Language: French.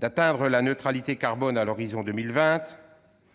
d'atteindre la neutralité carbone à l'horizon de 2020,